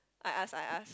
I ask I ask